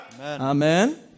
Amen